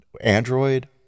Android